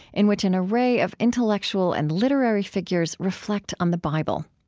in which an array of intellectual and literary figures reflect on the bible.